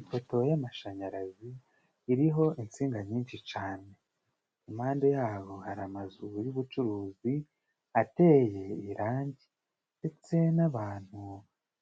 Ipoto y'amashanyarazi iriho insinga nyinshi cane impande yabo hari amazu y'ubucuruzi ateye irangi ndetse n'abantu